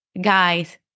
guys